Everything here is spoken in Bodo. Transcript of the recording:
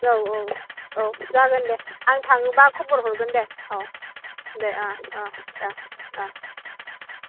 औ औ औ जागोन दे आं थाङोबा खबर हरगोन दे औ दे ओ ओ दे ओ